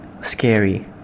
Scary